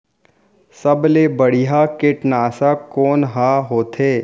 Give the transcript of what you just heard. सबले बढ़िया कीटनाशक कोन ह होथे?